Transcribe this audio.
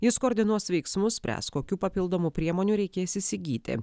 jis koordinuos veiksmus spręs kokių papildomų priemonių reikės įsigyti